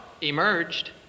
emerged